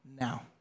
now